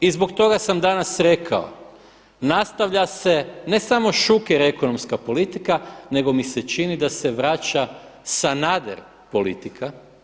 I zbog toga sam danas rekao nastavlja se ne samo Šuker ekonomska politika, nego mi se čini da se vraća Sanader politika.